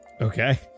Okay